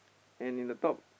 and in the top